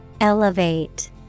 Elevate